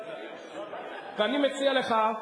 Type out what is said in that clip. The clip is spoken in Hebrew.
ואני מציע לך,